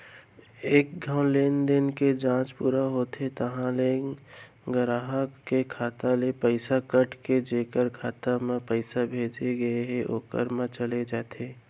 एक घौं लेनदेन के जांच पूरा होथे तहॉं ले गराहक के खाता ले पइसा कट के जेकर खाता म पइसा भेजे गए हे ओकर म चल देथे